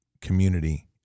community